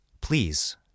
please